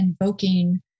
invoking